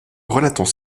relatant